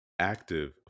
Active